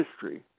history